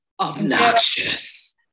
obnoxious